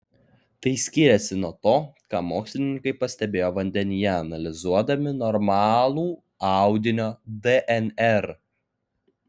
tai skyrėsi nuo to ką mokslininkai pastebėjo vandenyje analizuodami normalų audinio dnr